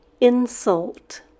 Insult